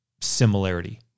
similarity